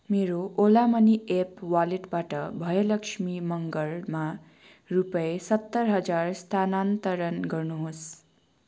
मेरो Ola money app वालेटबाट भयलक्षी मगरमा रुपियाँ सत्तर हजार स्थानान्तरण गर्नुहोस्